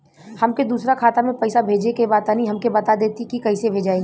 हमके दूसरा खाता में पैसा भेजे के बा तनि हमके बता देती की कइसे भेजाई?